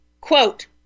Quote